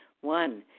One